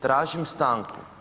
Tražim stanku.